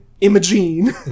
Imogene